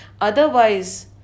Otherwise